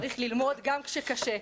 צריך ללמוד גם כשקשה.